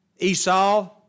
Esau